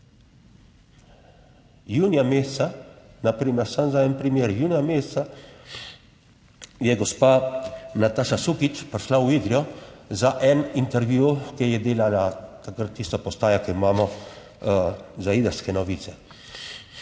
za en primer, junija meseca je gospa Nataša Sukič prišla v Idrijo za en intervju, ki je delala takrat tista postaja, ki jo imamo za Idrske novice...